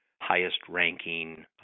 highest-ranking